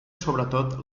sobretot